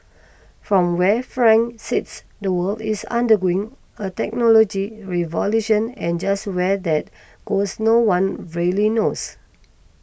from where Frank sits the world is undergoing a technology revolution and just where that goes no one really knows